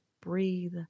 breathe